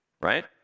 right